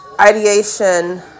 ideation